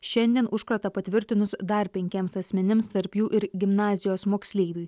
šiandien užkratą patvirtinus dar penkiems asmenims tarp jų ir gimnazijos moksleiviui